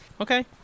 Okay